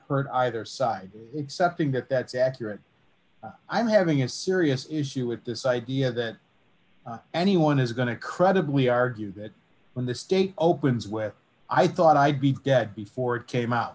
hurt either side is suffering that that's accurate i'm having a serious issue with this idea that anyone is going to credibly argue that when this gate opens with i thought i'd be dead before it came out